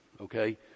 okay